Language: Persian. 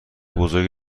بزرگی